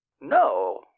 No